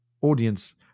audience